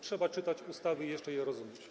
Trzeba czytać ustawy i jeszcze je rozumieć.